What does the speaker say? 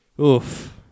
Oof